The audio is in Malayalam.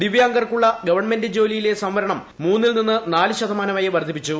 ദിവ്യാംഗർക്കുളള ഗവൺമെന്റ് ജോലിയിലെ സംവരണം മൂന്നിൽ നിന്ന് നാല് ശതമാനമായി വർദ്ധിപ്പിച്ചു